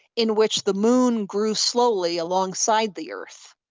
in which the moon grew slowly alongside the earth.